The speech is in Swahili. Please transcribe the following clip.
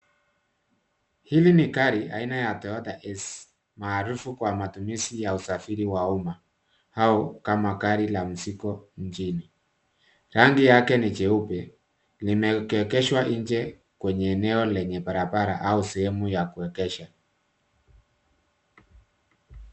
Hili ni gari aina ya Toyota S maarufu kwa matumizi ya usafiri wa umma au kama gari la mzigo mjini. Rangi yake ni jeupe. Limeegeshwa nje kwenye eneo lenye barabara au sehemu ya kuegesha.